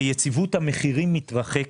ויציבות המחירים מתרחקת.